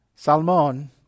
Salmon